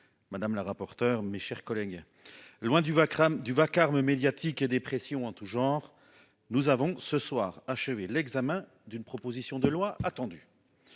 monsieur le ministre, mes chers collègues, loin du vacarme médiatique et des pressions en tout genre, nous avons ce soir achevé l'examen d'une proposition de loi qui